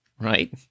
right